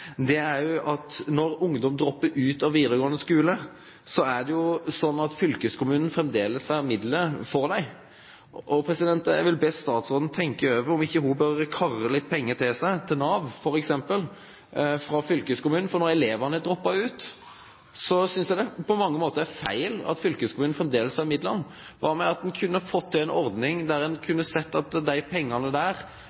er: Når ungdom dropper ut av videregående skole, er det slik at fylkeskommunen fremdeles får midler for dem, og jeg vil be statsråden tenke over om hun ikke bør kare til seg litt penger, f.eks. til Nav, fra fylkeskommunen. For når elevene dropper ut, synes jeg det på mange måter er feil at fylkeskommunen fremdeles får midlene. Hva med å få til en slik ordning? For det første gir det et incentiv til fylkeskommunen og skolene til å holde elevene i skolen og gjøre en